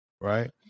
right